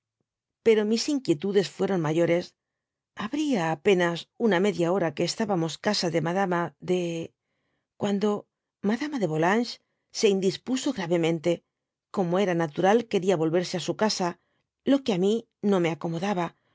pero mis inquietudes fuércm mayorea habría apenas una media hora que estábamos casa de madama de cuando madama de volanges se indispuso grayemente como era natural queria yolverse á su casa lo que á mi no me acomodaba